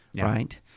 right